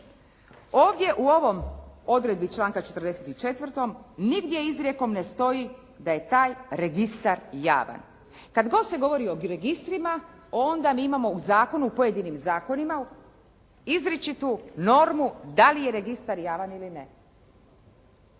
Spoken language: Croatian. ovdje u ovoj odredbi članka 44. nigdje izrijekom ne stoji da je taj registar javan. Kad god se govori o registrima, onda mi imamo u zakonu, u pojedinim zakonima izričitu normu da li je registar javan ili ne.